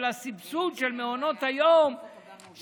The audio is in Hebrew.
של הסבסוד של מעונות היום,